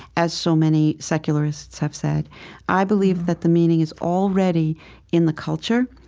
as so many secularists have said i believe that the meaning is already in the culture,